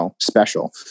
special